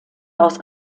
aus